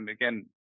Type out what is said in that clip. Again